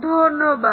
ধন্যবাদ